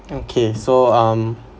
okay so um